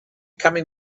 coming